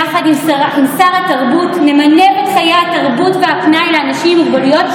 יחד עם שר התרבות נמנף את חיי התרבות והפנאי לאנשים עם מוגבלויות,